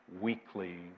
weekly